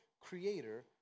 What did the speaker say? creator